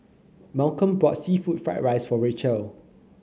Malcolm bought seafood Fried Rice for Rachelle